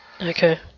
Okay